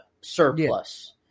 surplus